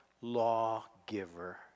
lawgiver